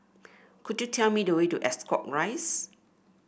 could you tell me the way to Ascot Rise